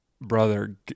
Brother